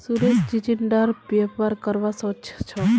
सुरेश चिचिण्डार व्यापार करवा सोच छ